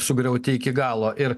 sugriauti iki galo ir